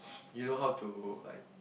you know how to like